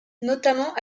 notamment